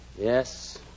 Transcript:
Yes